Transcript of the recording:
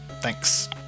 Thanks